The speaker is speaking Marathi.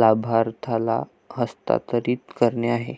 लाभार्थ्याला हस्तांतरित करणे आहे